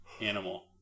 animal